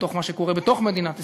בתוך מה שקורה בתוך מדינת ישראל,